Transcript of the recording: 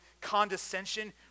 condescension